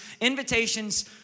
invitations